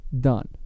done